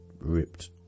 ripped